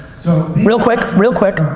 so real quick, real quick.